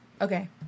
Okay